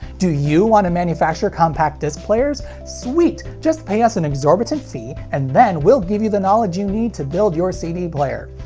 do you want to manufacture compact disc players? sweet! just pay us an exorbitant fee, and then we'll give you the knowledge you need to build your cd player!